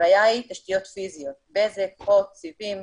הבעיה היא תשתיות פיזיות, בזק, הוט, סיבים,